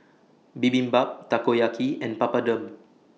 Bibimbap Takoyaki and Papadum